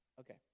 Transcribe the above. Okay